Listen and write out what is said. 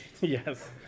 yes